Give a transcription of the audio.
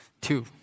Two